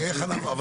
בדיוק.